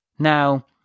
Now